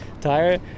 tire